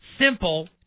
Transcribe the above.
simple